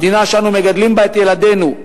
המדינה שאנו מגדלים בה את ילדינו,